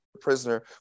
prisoner